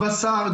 בשר,